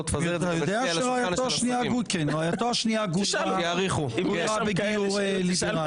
תפזר את זה --- אתה יודע שרעייתו השנייה גוירה בגיור ליברלי?